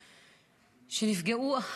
חיילים שנספו במערכה (תגמולים ושיקום)